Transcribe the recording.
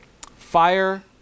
Fire